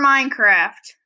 Minecraft